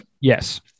yes